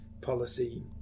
policy